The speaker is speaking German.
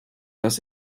das